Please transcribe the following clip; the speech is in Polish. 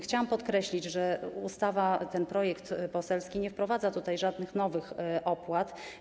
Chciałam podkreślić, że ustawa, projekt poselski nie wprowadza żadnych nowych opłat.